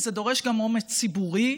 וזה דורש גם אומץ ציבורי,